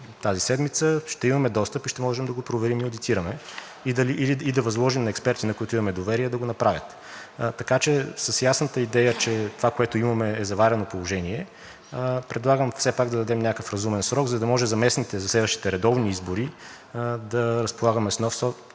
тази седмица, ще имаме достъп и ще можем да го проверим и одитираме, и да възложим на експерти, на които имаме доверие, да го направят. Така че с ясната идея, че това, което имаме, е заварено положение, предлагам все пак да дадем някакъв разумен срок, за да може за местните, за следващите редовни избори да разполагаме с нов код,